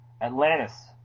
Atlantis